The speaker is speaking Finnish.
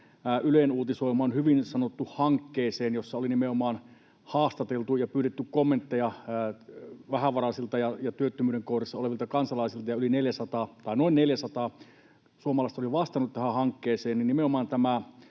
Ylen uutisoimaan Hyvin sanottu ‑hankkeeseen, jossa oli nimenomaan haastateltu ja pyydetty kommentteja vähävaraisilta ja työttömyyden kourissa olevilta kansalaisilta, ja noin 400 suomalaista oli vastannut tähän hankkeeseen.